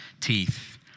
teeth